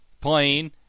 plane